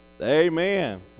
Amen